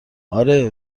آره